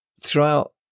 Throughout